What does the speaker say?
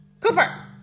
Cooper